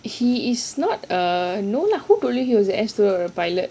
he is not err no lah who told you he was a air steward or pilot